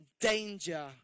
danger